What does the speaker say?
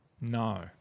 No